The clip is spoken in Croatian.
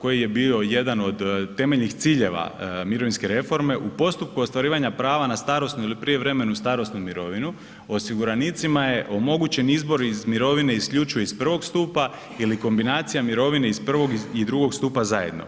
koji je bio jedan od temeljnih ciljeva mirovinske reforme u postupku ostvarivanja prava na starosnu ili prijevremenu starosnu mirovinu osiguranicima je omogućen izbor iz mirovine isključivo iz prvog stupa ili kombinacija mirovine iz prvog i drugog stupa zajedno.